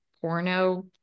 porno